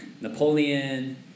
Napoleon